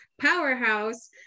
powerhouse